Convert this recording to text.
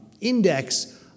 index